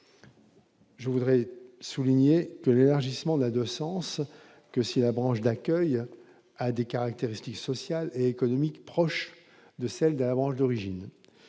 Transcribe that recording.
Je voudrais souligner que l'élargissement n'a de sens que si la branche d'accueil à des caractéristiques sociales et économiques proche de celle de la branche d'origine,